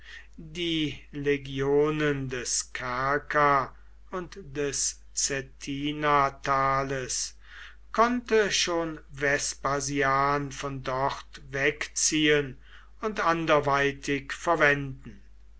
die legionen des kerka und des cettinatales konnte schon vespasian von dort wegziehen und anderweitig verwenden